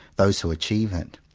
those who achieve it.